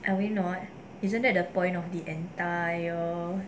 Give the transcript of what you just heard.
I mean the one isn't that the point of the entire base code switch between english and our but then ah